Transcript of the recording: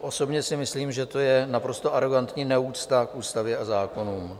Osobně si myslím, že to je naprosto arogantní neúcta k ústavě a zákonům.